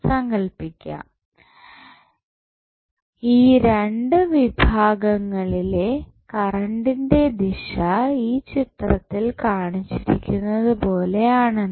സങ്കൽപ്പിക്കാം ഈ രണ്ട് വിഭാഗങ്ങളിലെ കറൻറ്റ്ന്റെ ദിശ ഈ ചിത്രത്തിൽ കാണിച്ചിരിക്കുന്നതുപോലെ ആണെന്ന്